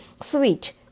sweet